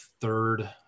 third